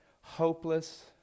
hopeless